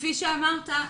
כפי שאמרת,